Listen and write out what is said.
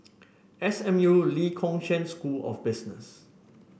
S M U Lee Kong Chian School of Business